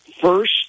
first